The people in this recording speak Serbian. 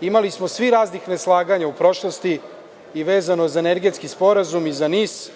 imali smo svi raznih neslaganja u prošlosti i vezano za energetski sporazum i za NIS